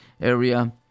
area